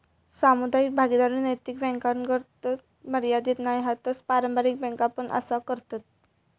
सामुदायिक भागीदारी नैतिक बॅन्कातागत मर्यादीत नाय हा तर पारंपारिक बॅन्का पण असा करतत